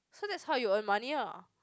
so that's how you earn money ah